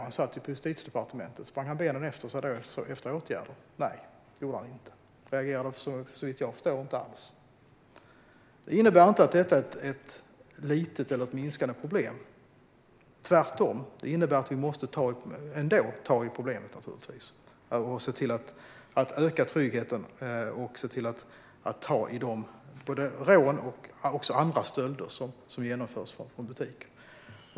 Han satt på Justitiedepartementet. Sprang han benen av sig efter åtgärder? Nej, det gjorde han inte. Han reagerade såvitt jag förstår inte alls. Det innebär inte att detta är ett litet eller minskande problem. Vi måste ändå ta tag i problemet, se till att öka tryggheten och ta itu med både de rån och de andra stölder som genomförs i butiker.